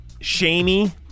shamey